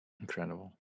incredible